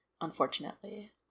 unfortunately